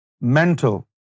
mental